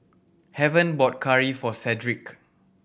Heaven bought curry for Cedric